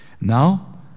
Now